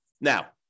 Now